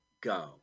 go